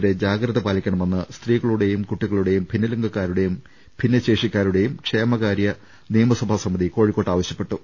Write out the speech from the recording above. തിരെ ജാഗ്രത പാലിക്കണമെന്ന് സ്ത്രീകളുടെയും കുട്ടികളുടെയും ഭിന്നലിംഗക്കാ രുടെയും ഭിന്നശേഷിക്കാരുടെയും ക്ഷേമകാര്യ നിയമസഭാസമിതി കോഴിക്കോട്ട് ആവശ്യപ്പെട്ടു